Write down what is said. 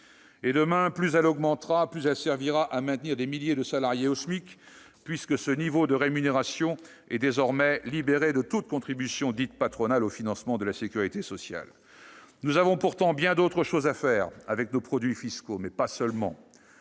Et demain, plus elle augmentera, plus elle servira à maintenir des milliers de salariés au SMIC, puisque ce niveau de rémunération est désormais libéré de toute contribution dite « patronale » au financement de la sécurité sociale. Nous avons pourtant bien d'autres choses à faire avec nos produits fiscaux, mais pas seulement.